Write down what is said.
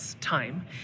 time